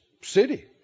city